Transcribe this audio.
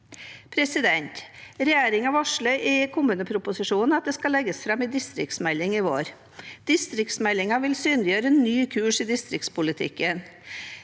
fylkene. Regjeringen varsler i kommuneproposisjonen at det skal legges fram en distriktsmelding i vår. Distriktsmeldingen vil synliggjøre en ny kurs i distriktspolitikken.